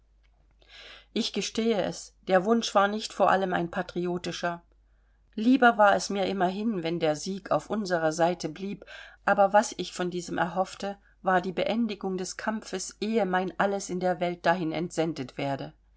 ich gestehe es der wunsch war nicht vor allem ein patriotischer lieber war es mir immerhin wenn der sieg auf unserer seite blieb aber was ich von diesem erhoffte war die beendigung des kampfes ehe mein alles in der welt dahin entsendet werde